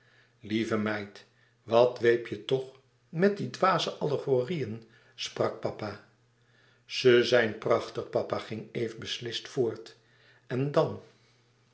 lieve meid wat dweep je toch met die dwaze allegorieën sprak papa ze zijn prachtig papa ging eve beslist voort en dan